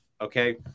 Okay